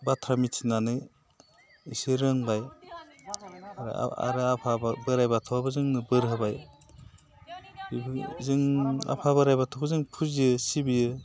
बाथ्रा मिथिनानै एसे रोंबाय आरो आफा बोराइ बाथौआबो जोंनो बोर होबाय जों आफा बोराइ बाथौखौ फुजियो सिबियो